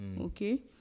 okay